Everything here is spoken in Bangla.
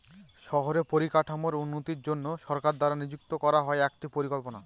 শহরের পরিকাঠামোর উন্নতির জন্য সরকার দ্বারা নিযুক্ত করা হয় একটি পরিকল্পনা